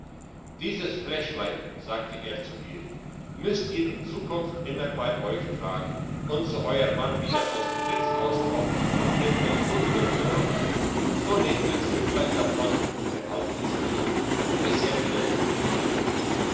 dieses fläschlein sagte er zu ihr müsst ihr in zukunft immer bei euch tragen und so euer mann wieder aus dem wirtshaus kommt und will euch vorwürfe machen so nehmt ein schlücklein davon und behaltet's im munde bis er wieder zufrieden ist